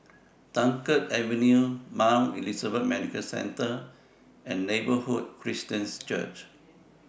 Dunkirk Avenue Mount Elizabeth Medical Centre and Neighbourhood Christian Church